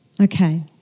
Okay